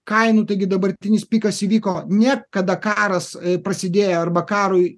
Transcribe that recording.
kainų taigi dabartinis pikas įvyko ne kada karas prasidėjo arba karui